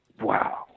Wow